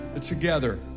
together